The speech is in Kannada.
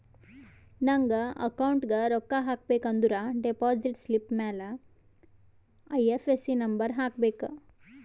ನಂಗ್ ಅಕೌಂಟ್ಗ್ ರೊಕ್ಕಾ ಹಾಕಬೇಕ ಅಂದುರ್ ಡೆಪೋಸಿಟ್ ಸ್ಲಿಪ್ ಮ್ಯಾಲ ಐ.ಎಫ್.ಎಸ್.ಸಿ ನಂಬರ್ ಹಾಕಬೇಕ